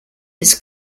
his